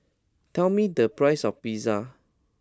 tell me the price of Pizza